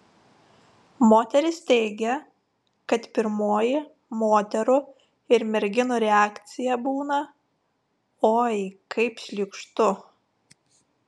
moteris teigia kad pirmoji moterų ir merginų reakcija būna oi kaip šlykštu